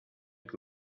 que